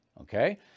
Okay